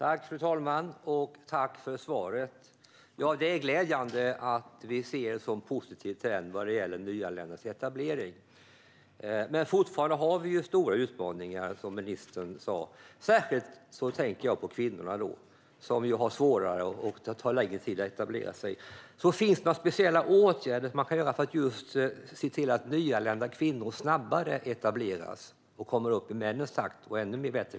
Fru talman! Tack, Ylva Johansson, för svaret! Det är glädjande att vi ser en så positiv trend vad gäller nyanländas etablering. Men vi har fortfarande stora utmaningar, som ministern sa. Jag tänker särskilt på kvinnorna, som har svårare att etablera sig; det tar längre tid. Finns det några speciella åtgärder man kan vidta för att se till att nyanlända kvinnor snabbare etableras och kommer upp i männens takt - eller kanske ännu bättre?